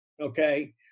okay